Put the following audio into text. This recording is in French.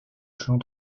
chant